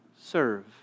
serve